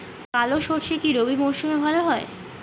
কালো সরষে কি রবি মরশুমে ভালো হয়?